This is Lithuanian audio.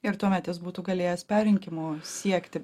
ir tuomet jis būtų galėjęs perrinkimo siekti